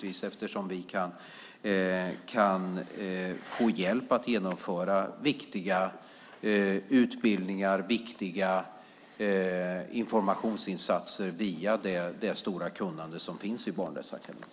Vi kan få hjälp att genomföra viktiga utbildningar och viktiga informationsinsatser via det stora kunnande som finns vid Barnrättsakademin.